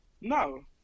No